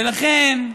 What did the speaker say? ולכן,